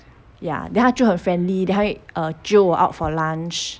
ya then 她就很 friendly then 她会 jio 我 out for lunch